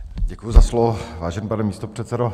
Děkuji za slovo, vážený pane místopředsedo.